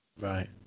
Right